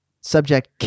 subject